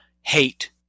hate